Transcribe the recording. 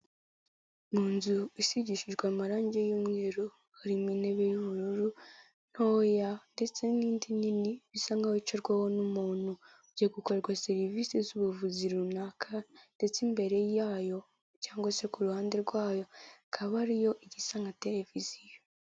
Mu nzu isigishijwe amarangi y'umweru, harimo intebe y'ubururu ntoya ndetse n'indi nini, bisa nkaho yicarwaho n'umuntu ugiye gukorerwa serivisi z'ubuvuzi runaka, ndetse imbere yayo cyangwa se ku ruhande rwayo hakaba hariyo igisa nka televiziyo.